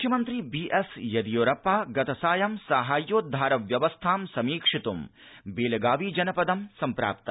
मुख्यमन्त्री बीएसयेदियुरप्पा गतसायं साहाय्योद्वार व्यवस्थां समीक्षित्ं बेलगावी जनपद सम्प्राप्त